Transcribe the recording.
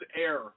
air